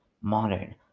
modern